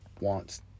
Wants